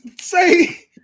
say